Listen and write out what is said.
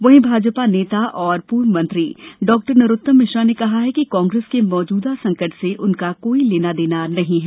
वहीं भाजपा नेता और पूर्व मंत्री डॉ नरोत्तम मिश्रा ने कहा कि कांग्रेस के मौजूदा संकट से उनका कोई लेना देना नहीं है